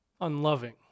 unloving